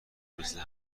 مثل